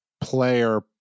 player